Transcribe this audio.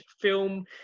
film